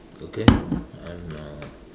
okay I'm uh